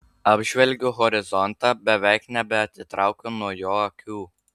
apžvelgiu horizontą beveik nebeatitraukiu nuo jo akių